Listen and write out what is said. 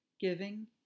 Giving